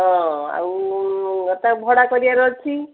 ହଁ ଆଉ ଏ ତା ଭଡ଼ା କରିବାର ଅଛି